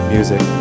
Music